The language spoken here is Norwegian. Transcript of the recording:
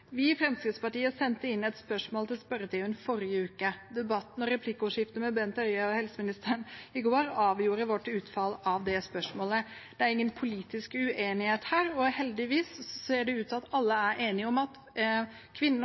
Vi i Fremskrittspartiet sendte inn et spørsmål til spørretimen i forrige uke. Debatten og replikkordskiftet med helseminister Bent Høie i går avgjorde vårt utfall av det spørsmålet. Det er ingen politisk uenighet her. Heldigvis ser det ut til at alle er enige om at kvinner